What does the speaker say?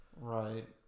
Right